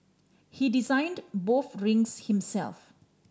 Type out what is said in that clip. he designed both rings himself